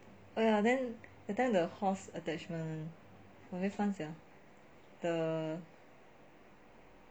oh ya that time the horse attachment very fun sia the